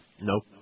Nope